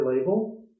label